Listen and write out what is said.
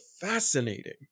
fascinating